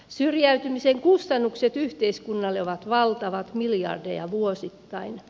syrjäytymisen kustannukset yhteiskunnalle ovat valtavat miljardeja vuosittain